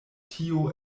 tio